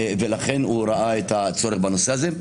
לכן הוא ראה צורך בנושא הזה.